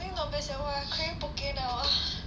I think not bad sia !wah! I craving poke now ah